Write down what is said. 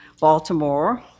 Baltimore